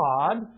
God